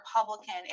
Republican